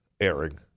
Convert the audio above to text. airing